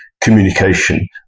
communication